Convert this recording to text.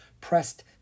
pressed